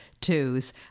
twos